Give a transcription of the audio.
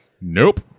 Nope